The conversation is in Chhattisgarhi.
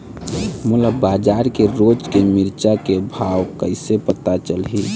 मोला बजार के रोज के मिरचा के भाव कइसे पता चलही?